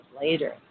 later